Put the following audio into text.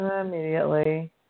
Immediately